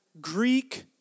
Greek